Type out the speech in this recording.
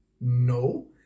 No